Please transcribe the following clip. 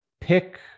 pick